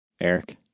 eric